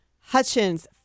Hutchins